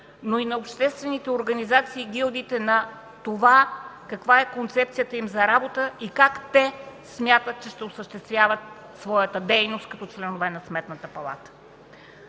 но и на обществените организации и гилдиите с това каква е концепцията им за работа и как те смятат, че ще осъществяват своята дейност като членове на Сметната палата.